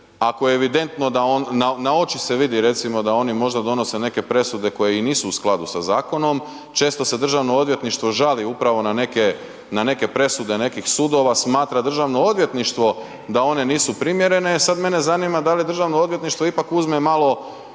ako je evidentno, na oči se vidi recimo da oni možda donose neke presude koje i nisu u skladu sa zakonom, često se državno odvjetništvo žali upravo na neke, na neke presude nekih sudova, smatra državno odvjetništvo da one nisu primjerene, sad mene zanima da li državno odvjetništvo ipak uzme malo